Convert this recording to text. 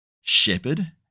shepherd